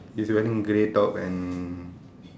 he's wearing grey top and